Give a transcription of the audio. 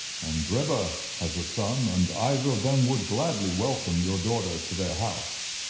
and drebber has a son, and either of them would gladly welcome your daughter to their house.